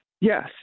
Yes